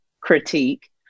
critique